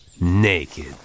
naked